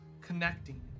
connecting